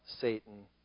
Satan